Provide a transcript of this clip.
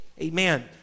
Amen